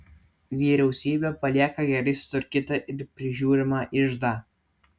vyriausybė palieka gerai sutvarkytą ir prižiūrimą iždą